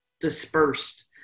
dispersed